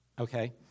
Okay